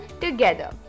together